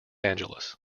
angeles